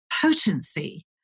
potency